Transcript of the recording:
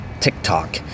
TikTok